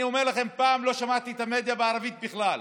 אני אומר לכם, פעם לא שמעתי את המדיה בערבית בכלל.